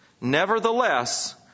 Nevertheless